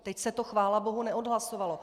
Teď se to chvála bohu neodhlasovalo.